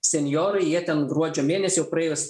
senjorai jie ten gruodžio mėnesį jau praėjus